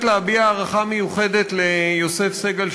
באמת רוצה להביע הערכה מיוחדת ליוסף סגל,